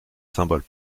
symbole